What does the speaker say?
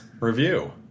review